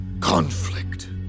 conflict